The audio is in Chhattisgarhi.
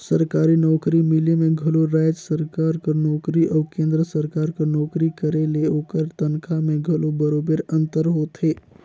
सरकारी नउकरी मिले में घलो राएज सरकार कर नोकरी अउ केन्द्र सरकार कर नोकरी करे ले ओकर तनखा में घलो बरोबेर अंतर होथे